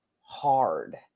hard